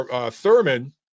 Thurman